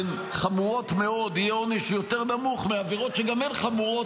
חמורות מאוד יהיה עונש יותר נמוך מעבירות שגם הן חמורות,